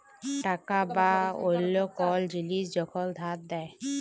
টাকা বা অল্য কল জিলিস যখল ধার দেয়